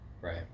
right